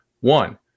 one